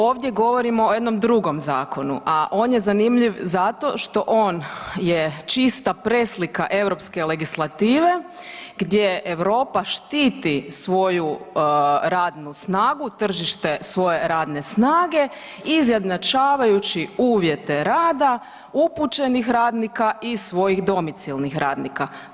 Ovdje govorimo o jednom drugom zakonu, a on je zanimljiv zato što on je čista preslika europske legislative gdje Europa štiti svoju radnu snagu, tržište svoje radne snage izjednačavajući uvjete rada upućenih radnika i svojih domicilnih radnika.